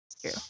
true